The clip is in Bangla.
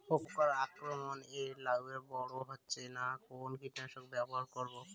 পোকার আক্রমণ এ লাউ বড় হচ্ছে না কোন কীটনাশক ব্যবহার করব?